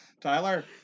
Tyler